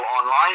online